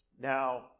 Now